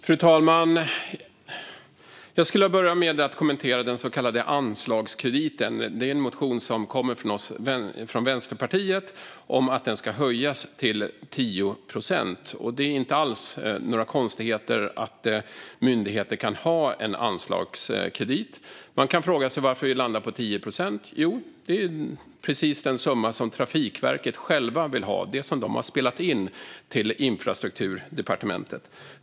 Fru talman! Jag skulle vilja börja med att kommentera den så kallade anslagskrediten. Det finns en motion från Vänsterpartiet om att den ska höjas till 10 procent. Det är inte några konstigheter alls att myndigheter kan ha en anslagskredit. Man kan fråga sig varför vi landar på 10 procent. Jo, det är precis den summa som Trafikverket självt vill ha. Det är det som de har spelat in till Infrastrukturdepartementet.